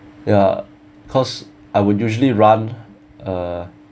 ya because I would usually run uh